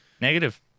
Negative